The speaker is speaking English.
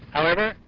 however.